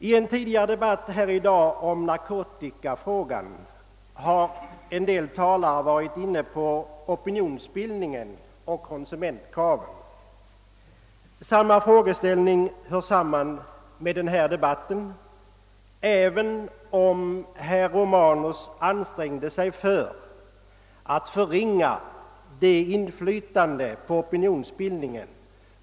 I en tidigare debatt här i dag om narkotikafrågan har en del talare varit inne på opinionsbildningen och konsumentkraven. Samma frågeställning hör hemma i denna debatt, även om herr Romanus ansträngde sig att försöka förringa organisationslivets inflytande på opinionsbildningen.